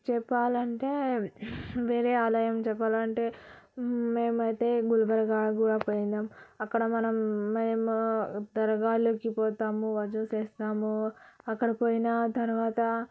చెప్పాలి అంటే వేరే ఆలయం చెప్పాలి అంటే మేము అయితే గుల్బర్గా కూడా పోయినాం అక్కడ మనం మేము దర్గాలో పోతాము వజూ చేస్తాము అక్కడ పోయిన తర్వాత